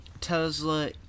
Tesla